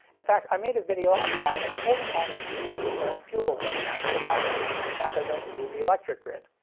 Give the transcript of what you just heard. in fact i made a video on why in cold climates we usually burn fuels like natural gas for heat rather than use the electric grid.